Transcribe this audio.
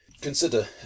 Consider